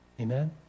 Amen